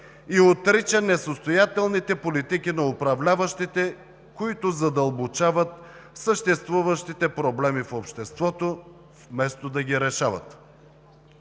и отрича несъстоятелните политики на управляващите, които задълбочават съществуващите проблеми в обществото, вместо да ги решават.